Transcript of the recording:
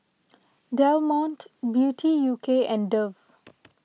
Del Monte Beauty U K and Dove